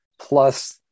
Plus